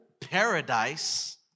paradise